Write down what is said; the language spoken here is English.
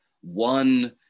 one